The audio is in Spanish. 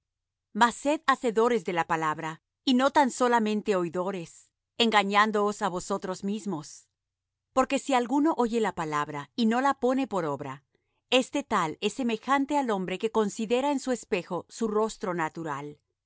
mas sed hacedores de la palabra y no tan solamente oidores engañándoos á vosotros mismos porque si alguno oye la palabra y no la pone por obra este tal es semejante al hombre que considera en un espejo su rostro natural